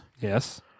Yes